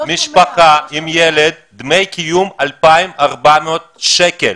אייל, משפחה עם ילד, דמי קיום 2,400 שקל.